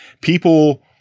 people